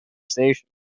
station